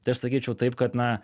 tai aš sakyčiau taip kad na